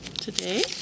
today